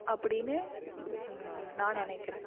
அப்படினு நான் நினக்கிறேன்